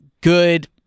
good